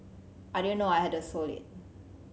I didn't know I had the sole lead